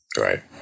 right